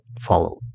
follow